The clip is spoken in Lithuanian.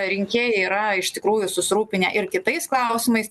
rinkėjai yra iš tikrųjų susirūpinę ir kitais klausimais